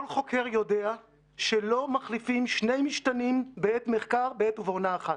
כל חוקר יודע שלא מחליפים שני משתנים בעת מחקר בעת ובעונה אחת.